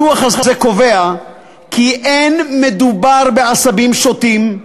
הדוח הזה קובע כי אין מדובר בעשבים שוטים,